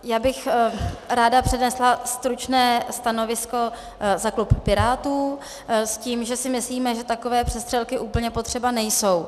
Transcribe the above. Já bych ráda přednesla stručné stanovisko za klub Pirátů s tím, že si myslíme, že takové přestřelky úplně potřeba nejsou.